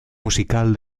musical